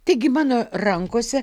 taigi mano rankose